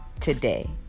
today